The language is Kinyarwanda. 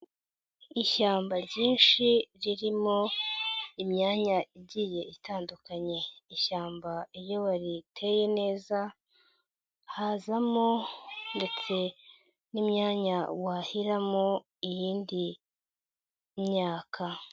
Ishyamba ryinshi ririmo imyanya igiye itandukanye. Ishyamba iyo wariteye neza hazamo ndetse n'imyanya washyiramo iyindi myaka.